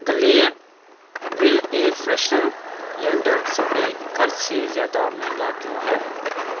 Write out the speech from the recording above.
Gleam world air freshener lander spray کل سے زیادہ مہنگا کیوں ہے